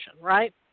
right